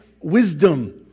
wisdom